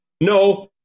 No